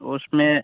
उसमें